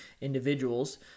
individuals